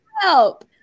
help